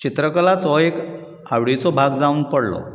चित्रकलाच हो एक आवडीचो भाग जावन पडलो